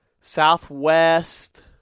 southwest